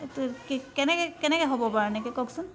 কেনেকৈ কেনেকৈ হ'ব বাৰু এনেকৈ কওকচোন